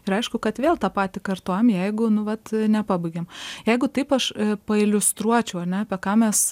ir aišku kad vėl tą patį kartojam jeigu nu vat nepabaigiam jeigu taip aš pailiustruočiau ane apie ką mes